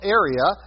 area